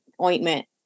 ointment